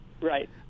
Right